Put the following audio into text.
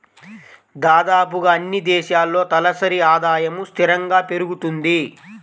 దాదాపుగా అన్నీ దేశాల్లో తలసరి ఆదాయము స్థిరంగా పెరుగుతుంది